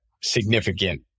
significant